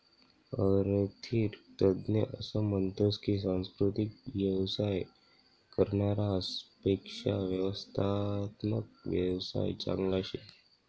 आरर्थिक तज्ञ असं म्हनतस की सांस्कृतिक येवसाय करनारास पेक्शा व्यवस्थात्मक येवसाय चांगला शे